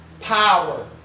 Power